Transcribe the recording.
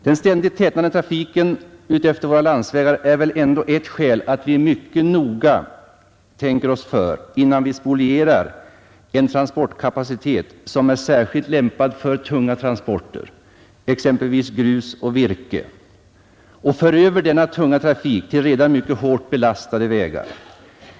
Den ständigt tätnande trafiken på våra vägar är ett skäl att vi tänker oss för mycket noga, innan vi spolierar en transportkapacitet som är särskilt lämpad för tunga transporter, exempelvis grus och virke, och för över denna tunga trafik till redan mycket hårt belastade vägar.